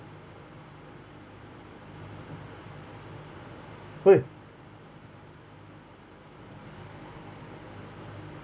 !oi!